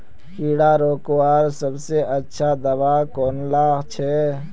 कीड़ा रोकवार सबसे अच्छा दाबा कुनला छे?